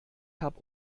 hab